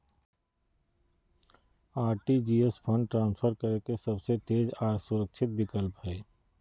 RTGS fund transfer करे के सबसे तेज आर सुरक्षित विकल्प हय